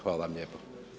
Hvala vam lijepa.